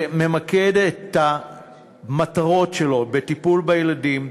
ממקד את המטרות שלו בטיפול בילדים,